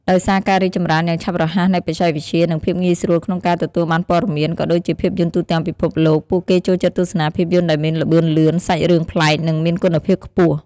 ដោយសារការរីកចម្រើនយ៉ាងឆាប់រហ័សនៃបច្ចេកវិទ្យា និងភាពងាយស្រួលក្នុងការទទួលបានព័ត៌មាន ក៏ដូចជាភាពយន្តទូទាំងពិភពលោក ពួកគេចូលចិត្តទស្សនាភាពយន្តដែលមានល្បឿនលឿន សាច់រឿងប្លែក និងមានគុណភាពខ្ពស់។